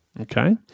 okay